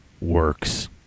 works